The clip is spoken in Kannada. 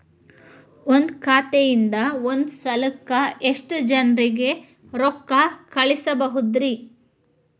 ಒಂದ್ ಖಾತೆಯಿಂದ, ಒಂದ್ ಸಲಕ್ಕ ಎಷ್ಟ ಜನರಿಗೆ ರೊಕ್ಕ ಕಳಸಬಹುದ್ರಿ?